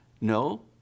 No